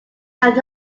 out